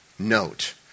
note